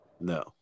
No